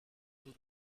فرو